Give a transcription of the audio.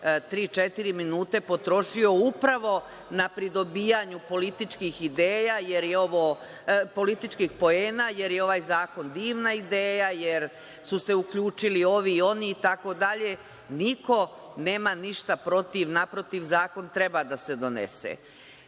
minute potrošio upravo na pridobijanje političkih poena, jer je ovaj zakon divna ideja, jer su se uključili i ovi i oni itd. Niko nema ništa protiv. Naprotiv, zakon treba da se donese.